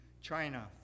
China